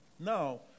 Now